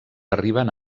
arriben